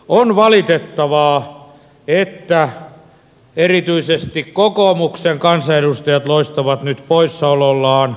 on valitettavaa että erityisesti kokoomuksen kansanedustajat loistavat nyt poissaolollaan